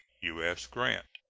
u s. grant.